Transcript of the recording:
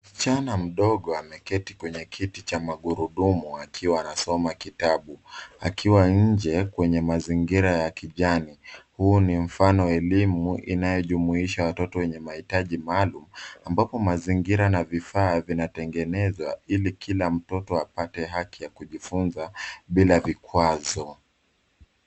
Msichana mdogo ameketi kwenye kiti cha magurudumu akiwa anasoma kitabu, akiwa nje kwenye mazingira ya kijani. Huu ni mfano elimu inayojumuisha watoto wenye mahitaji maalum ambapo mazingira na vifaa vinatengenezwa ili kila mtoto apate haki ya kujifunza bila vikwazo.